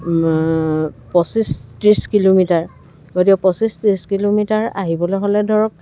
পঁচিছ ত্ৰিছ কিলোমিটাৰ গতিকে পঁচিছ ত্ৰিছ কিলোমিটাৰ আহিবলৈ হ'লে ধৰক